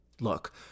Look